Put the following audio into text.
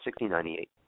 1698